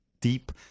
deep